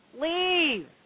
leave